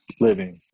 living